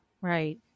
Right